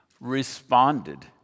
responded